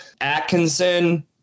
Atkinson